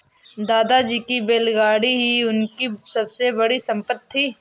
दादाजी की बैलगाड़ी ही उनकी सबसे बड़ी संपत्ति थी